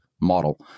model